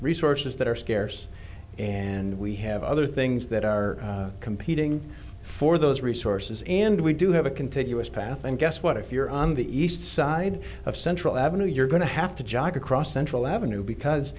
resources that are scarce and we have other things that are competing for those resources and we do have a contiguous path and guess what if you're on the east side of central avenue you're going to have to jog across central avenue because